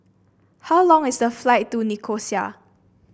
how long is the flight to Nicosia